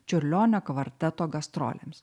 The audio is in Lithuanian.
čiurlionio kvarteto gastrolėms